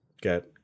get